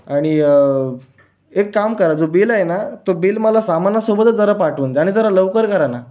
आणि एक काम करा जो बिल आहे ना तो बिल मला सामानासोबतच जरा पाठवून द्या आणि जरा लवकर करा ना